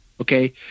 okay